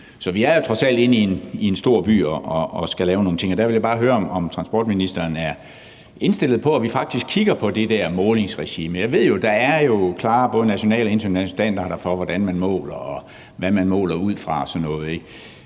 vi er jo trods alt inde i en stor by for at lave nogle ting. Og der vil jeg bare høre, om transportministeren er indstillet på, at vi faktisk kigger på det der målingsregime. Jeg ved jo, at der er klare, både nationale og internationale standarder, for, hvordan man måler, og hvad man måler ud fra